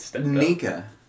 Nika